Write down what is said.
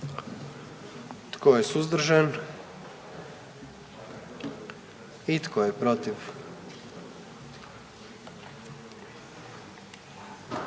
Tko je suzdržan? I tko je protiv?